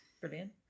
Brilliant